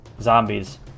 Zombies